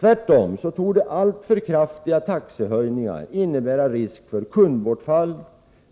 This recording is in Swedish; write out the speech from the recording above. Tvärtom torde alltför kraftiga taxehöjningar innebära risk för kundbortfall,